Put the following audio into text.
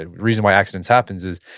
ah reason why accident happens is